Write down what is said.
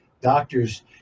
doctors